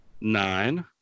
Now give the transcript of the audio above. nine